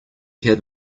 have